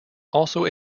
also